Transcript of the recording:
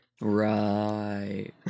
Right